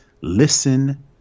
listen